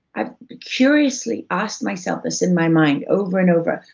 i've curiously asked myself this in my mind over and over,